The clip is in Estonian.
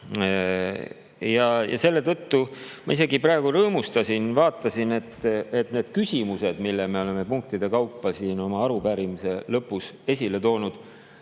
Ja selle tõttu ma praegu isegi rõõmustasin. Ma vaatasin, et need küsimused, mis me oleme punktide kaupa siin oma arupärimise lõpus esile toonud,